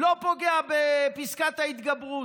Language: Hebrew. לא פוגע בפסקת ההתגברות.